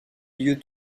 lieux